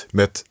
met